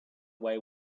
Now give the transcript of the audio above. away